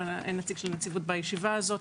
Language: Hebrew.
ואין נציג של הנציבות בישיבה הזאת.